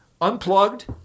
unplugged